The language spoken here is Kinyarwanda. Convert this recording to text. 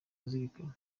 azirikana